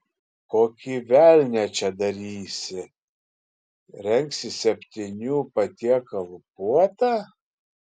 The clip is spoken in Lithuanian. kokį velnią čia darysi rengsi septynių patiekalų puotą